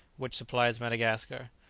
which supplies madagascar.